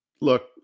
look